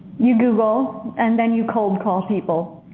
you google and then you cold call people.